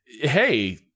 hey